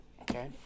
Okay